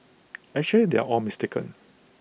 actually they are all mistaken